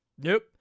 Nope